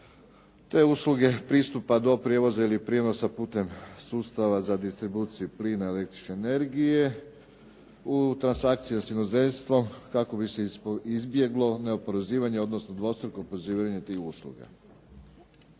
te usluge pristupa do prijevoza ili prinosa putem sustava za distribuciju plina i električne energije u transakciji s inozemstvom kako bi se izbjeglo neoporezivanje, odnosno dvostruko oporezivanje tih usluga.